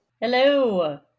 Hello